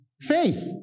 faith